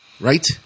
Right